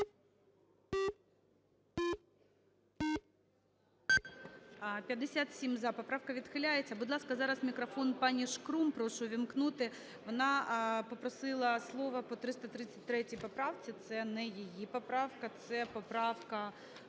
За-57 Поправка відхиляється. Будь ласка, зараз мікрофон пані Шкрум прошу увімкнути. Вона попросила слово по 333 поправці. Це не її поправка, це поправка